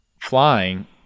flying